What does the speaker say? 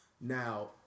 Now